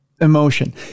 emotion